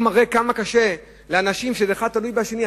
זה רק מראה כמה קשה לאנשים אחד תלוי בשני.